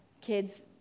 kids